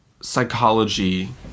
psychology